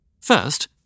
First